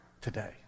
today